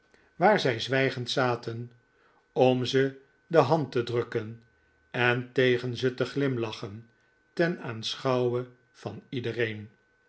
waar zij zwijgencl zaten om ze de hand te drukken en tegen ze te glimlachen ten aanschouwe van iedereen